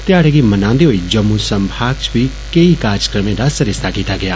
ध्याड़े गी मनांदे होई जम्मू संभाग च बी केई कार्जक्रमें दा सरिस्ता कीता गेआ